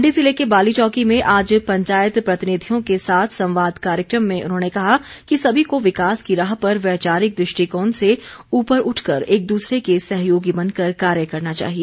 मण्डी ज़िले के बालीचौकी में आज पंचायत प्रतिनिधियों के साथ संवाद कार्यक्रम में उन्होंने कहा कि सभी को विकास की राह पर वैचारिक दृष्टिकोण से ऊपर उठकर एक दूसरे के सहयोगी बनकर कार्य करना चाहिए